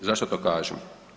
Zašto to kažem?